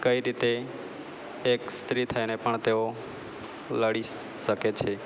કઈ રીતે એક સ્ત્રી થઈને પણ તેઓ લડી શકે છે